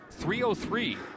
3-0-3